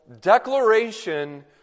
declaration